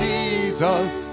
Jesus